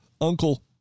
uncle